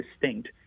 distinct